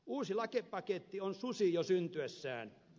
uusi lakipaketti on susi jo syntyessään